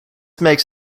makes